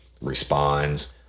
responds